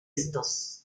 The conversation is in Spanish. estos